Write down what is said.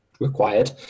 required